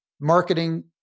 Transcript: marketing